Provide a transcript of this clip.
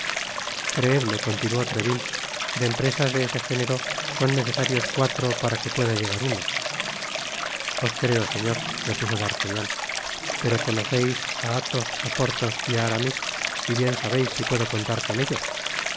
creedme continuó treville en empresas de ese jénero son necesarios cuatro para que pueda tlegar uno os creo señor repuso d'artagnan pero conoceis á athos á porthos y á aramis y bien sabéis si puedo contar con ellos sin